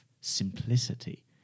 simplicity